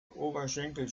oberschenkel